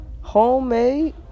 homemade